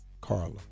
Carla